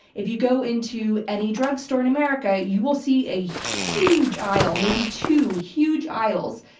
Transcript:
if you go into any drugstore in america, you will see a huge aisle, maybe two huge aisles,